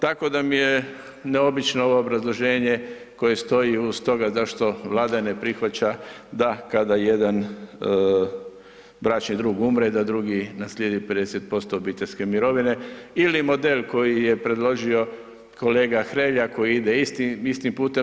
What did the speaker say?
Tako da mi je neobično ovo obrazloženje koje stoji uz to zašto Vlada ne prihvaća da kada jedan bračni drug umre da drugi naslijedi 50% obiteljske mirovine ili model koji je predložio kolega Hrelja koji ide istim pute.